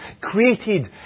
created